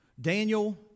Daniel